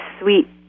sweet